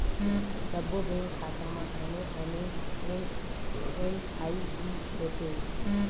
सब्बो बेंक खाता म आने आने एम.एम.आई.डी होथे